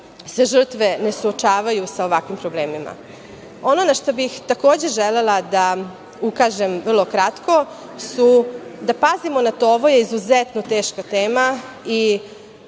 se žrtve ne suočavaju sa ovakvim problemima. Ono na šta bih takođe želela da ukažem vrlo kratko su da pazimo na to, ovo je izuzetno teška tema i